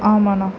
ஆமாண்ணா